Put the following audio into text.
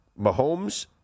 Mahomes